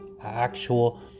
actual